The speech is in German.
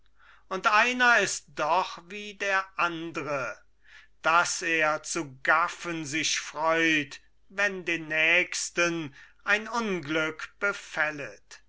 und einer ist doch wie der andre daß er zu gaffen sich freut wenn den nächsten ein unglück befället